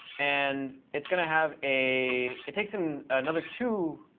and it's going to have a it takes in another two